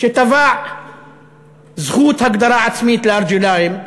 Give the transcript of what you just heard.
שתבע זכות הגדרה עצמית לאלג'ירים,